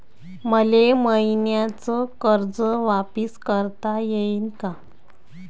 मले मईन्याचं कर्ज वापिस करता येईन का?